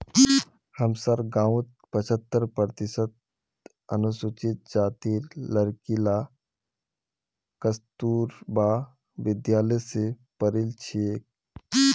हमसार गांउत पछहत्तर प्रतिशत अनुसूचित जातीर लड़कि ला कस्तूरबा विद्यालय स पढ़ील छेक